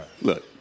Look